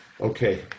Okay